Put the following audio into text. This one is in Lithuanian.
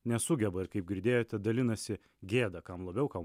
nesugeba ir kaip girdėjote dalinasi gėda kam labiau kam